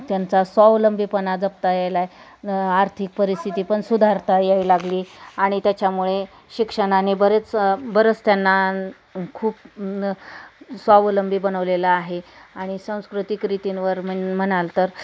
त्यांचा स्वलंबीपणा जपता यायलाय आर्थिक परिस्थिती पण सुधारता याय लागली आणि त्याच्यामुळे शिक्षणाने बरेच बरेच त्यांना खूप स्वावलंबी बनवलेला आहे आणि संस्कृतिक रीतींवर मन म्हणाल तर